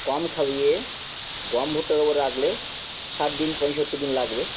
কম খাইয়ে গম ভুট্টের ওপর রাখলে ষাট দিন পঁয়ষট্টি দিন লাগবে